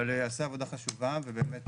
אבל עשה עבודה חשובה ובאמת